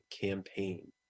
campaign